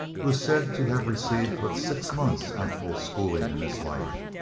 who is said to have received but six months actual schooling in his life.